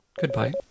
Goodbye